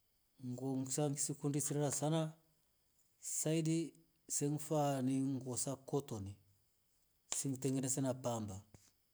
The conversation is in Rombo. Nga'shaa ngisikundi ngisirare sana saidi se ni faa ng'o sa kotorii si ngitengeneza na pamba.